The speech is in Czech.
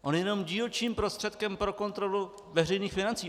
On je jenom dílčím prostředkem pro kontrolu veřejných financí.